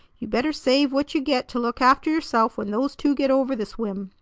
you better save what you get to look after yourself when those two get over this whim!